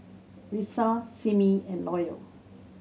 Risa Simmie and Loyal